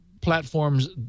platforms